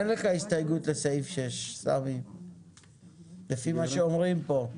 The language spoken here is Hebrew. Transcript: אין לך הסתייגות לסעיף (6) לפי מה שאומרים פה.